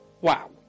Wow